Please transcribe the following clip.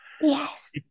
yes